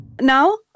Now